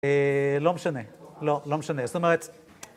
לא משנה, לא, לא משנה, זאת אומרת...